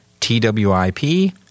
TWIP